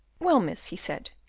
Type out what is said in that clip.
well, miss, he said,